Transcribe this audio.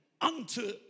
unto